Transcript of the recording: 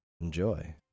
Enjoy